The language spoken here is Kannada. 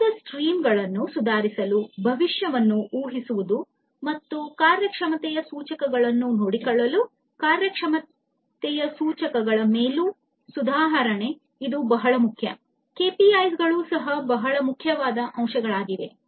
ಮೌಲ್ಯದ ಸ್ಟ್ರೀಮ್ಗಳನ್ನು ಸುಧಾರಿಸಲು ಭವಿಷ್ಯವನ್ನು ಊಹಿಸುವುದು ಮತ್ತು ಕಾರ್ಯಕ್ಷಮತೆಯ ಸೂಚಕಗಳನ್ನು ನೋಡಿಕೊಳ್ಳಲು ಕಾರ್ಯಕ್ಷಮತೆಯ ಸೂಚಕಗಳ ಮೇಲೆ ಸುಧಾರಣೆಗೆ ಇವು ಬಹಳ ಮುಖ್ಯ ಕೆಪಿಐಗಳು ಸಹ ಬಹಳ ಮುಖ್ಯವಾದ ಅಂಶವಾಗಿವೆ